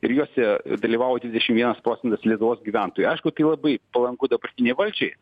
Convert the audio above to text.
ir juose dalyvavo dvidešimt vienas procentas lietuvos gyventojų aišku tai labai palanku dabartinei valdžiai